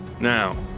Now